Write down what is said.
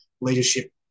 leadership